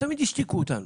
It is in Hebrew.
ותמיד השתיקו אותנו.